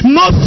no